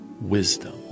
wisdom